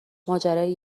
ماجرای